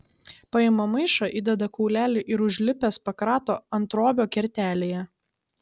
paima maišą įdeda kaulelį ir užlipęs pakrato anttrobio kertelėje